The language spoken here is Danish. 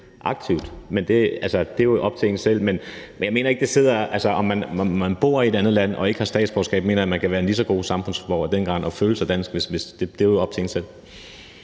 aktivt til, men det er jo op til en selv. Men jeg mener, at man, hvis man bor i et andet land og ikke har statsborgerskab, kan være en lige så god samfundsborger og føle sig dansk. Det er jo op til en selv.